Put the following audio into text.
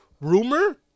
rumor